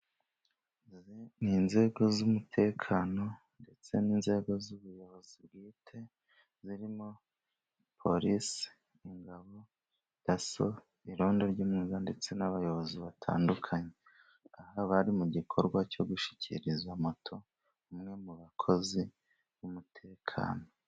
Ni inzego z’umutekano, ndetse n’inzego z’ubuyobozi bwite zirimo polisi, ingabo, Daso, irondo ry’umwuga, ndetse n’abayobozi batandukanye. Aha bari mu gikorwa cyo gushyikiriza moto umwe mu bakozi b’umutekano.